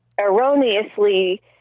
erroneously